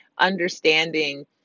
understanding